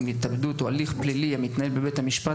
והתאגדות או הליך פלילי המתנהל בבית המשפט,